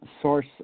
source